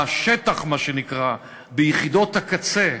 בשטח, מה שנקרא, ביחידות הקצה,